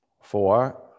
Four